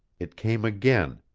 it came again,